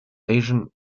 asian